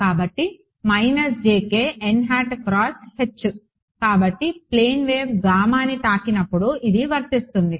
కాబట్టి కాబట్టి plane wave ని తాకినప్పుడు ఇది వర్తిస్తుంది